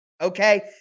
Okay